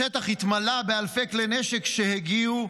השטח התמלא באלפי כלי נשק שהגיעו,